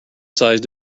size